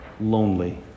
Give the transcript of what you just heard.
lonely